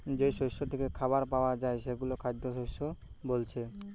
যেই শস্য থিকে খাবার পায়া যায় সেগুলো খাদ্যশস্য বোলছে